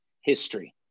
history